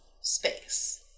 space